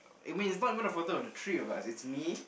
you mean it's not even the photo of the three of us it's me